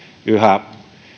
yhä